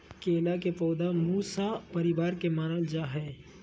केला के पौधा मूसा परिवार के मानल जा हई